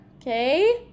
okay